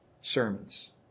sermons